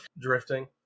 drifting